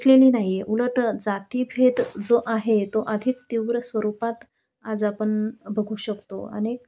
मिटलेली नाही आहे उलट जातिभेद जो आहे तो अधिक तीव्र स्वरूपात आज आपण बघू शकतो आणि